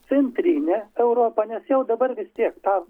centrinė europa nes jau dabar vis tiek tą